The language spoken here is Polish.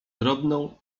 drobną